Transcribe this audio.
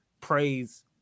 praise